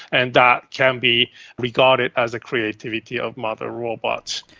and that can be regarded as a creativity of mother robots.